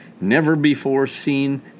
never-before-seen